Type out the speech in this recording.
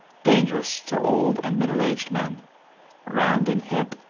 dangerous to old and middle-aged men round in hip,